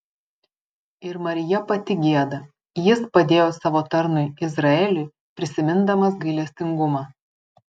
ir marija pati gieda jis padėjo savo tarnui izraeliui prisimindamas gailestingumą